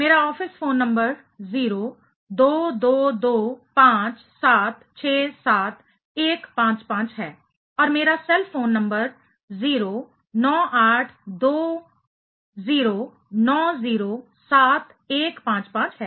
मेरा office phone number 02225767155 है और मेरा सेल फोन नंबर 09820907155 है